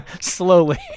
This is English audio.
slowly